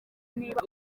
niba